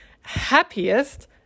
happiest